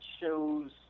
shows